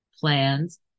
plans